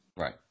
right